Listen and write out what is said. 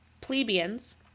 plebeians